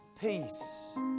peace